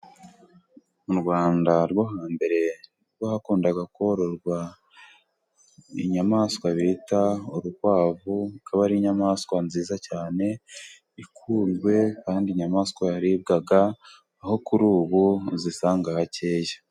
Mu Rwanda rwo hambere rwakundaga korora inyamaswa bita urukwavu, akaba ari inyamaswa nziza cyane ikunzwe kandi inyamaswa yaribwaga, aho kuri ubu uzisanga hakeya.